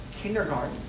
kindergarten